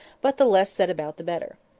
but the less said about the better.